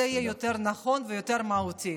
זה יהיה יותר נכון ויותר מהותי